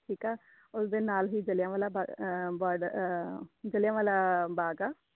ਠੀਕ ਆ ਉਸਦੇ ਨਾਲ ਹੀ ਜਲਿਆਂਵਾਲਾ ਜਲਿਆਂਵਾਲਾ ਬਾਗ ਆ